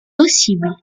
possible